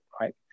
right